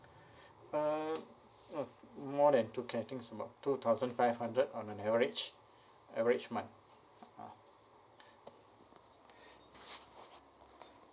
uh uh more than two K I think it's about two thousand five hundred on an average average month ah